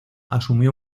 asumió